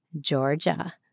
Georgia